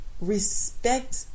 Respect